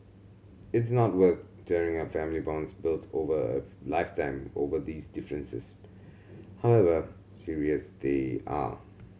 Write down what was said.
it's not worth tearing up family bonds built over a lifetime over these differences however serious they are